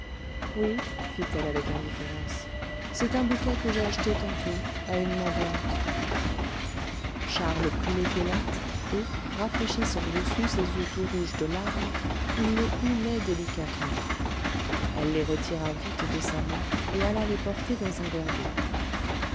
oui fit-elle avec indifférence c'est un bouquet que j'ai acheté tantôt à une mendiante charles prit les violettes et rafraîchissant dessus ses yeux tout rouges de larmes il les humait délicatement elle les retira vite de sa main et alla les porter dans un verre d'eau